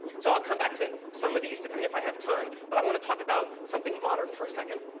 so i'll come back to some of these, depending if i have time, but i wanna talk about something modern, for a second.